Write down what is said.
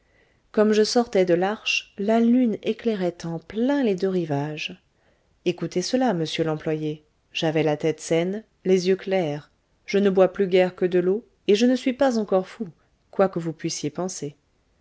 comme je sortais de l'arche la lune éclairait en plein les deux rivages écoutez cela monsieur l'employé j'avais la tête saine les yeux clairs je ne bois plus guère que de l'eau et je ne suis pas encore fou quoi que puissiez penser